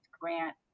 grant